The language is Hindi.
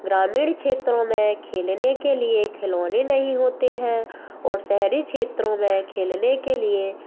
ग्रामीण क्षेत्रों में खेलने के लिए खिलौने नहीं होते हैं और शहरी क्षेत्रों में खेलने के लिए